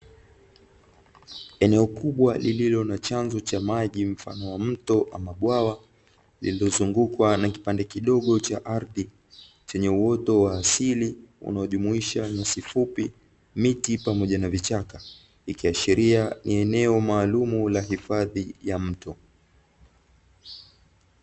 Eneo kubwa lililo na chanzo cha maji mfano wa mto ama bwawa, lililozungukwa na kipande kidogo cha ardhi, chenye uoto wa asili unaojumuisha nyasi fupi, miti pamoja na vichaka. Ikiashiria ni eneo maalumu la hifadhi ya mto.